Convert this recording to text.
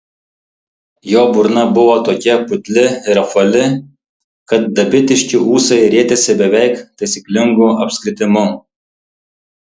jo burna buvo tokia putli ir apvali kad dabitiški ūsai rietėsi beveik taisyklingu apskritimu